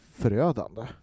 förödande